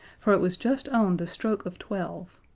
for it was just on the stroke of twelve,